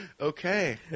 Okay